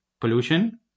pollution